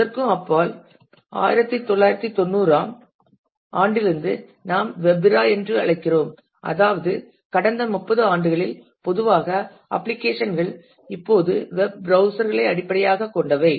அதற்கும் அப்பால் 1990 ஆம் ஆண்டிலிருந்து நாம் வெப் இரா என்று அழைக்கிறோம் அதாவது கடந்த 30 ஆண்டுகளில் பொதுவாக அப்ளிகேஷன் கள் இப்போது வெப் ப்ரௌஸ்சர் களை அடிப்படையாகக் கொண்டவை